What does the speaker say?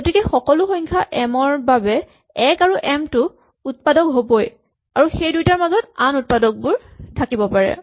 গতিকে সকলো সংখ্যা এম ৰ বাবে ১ আৰু এম টো উৎপাদক হ'বই আৰু সেই দুইটাৰ মাজতো আন উৎপাদক থাকিব পাৰে